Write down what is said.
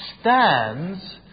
stands